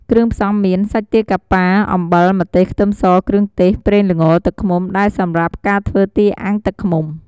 គ្រឿងផ្សំមាន សាច់ទាកាប៉ា អំបិល ម្ទេស ខ្ទឹមស គ្រឿងទេស ប្រេងល្ង ទឹកឃ្មុំ ដែលសម្រាប់ការធ្វ់ើទាអាំងទឹកឃ្មុំ។